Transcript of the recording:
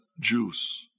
juice